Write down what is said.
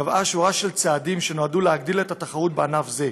קבעה שורה של צעדים שנועדו להגדיל את התחרות בענף זה.